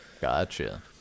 Gotcha